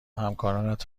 همکارانت